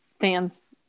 fans